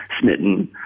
smitten